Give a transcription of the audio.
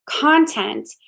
content